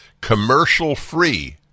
commercial-free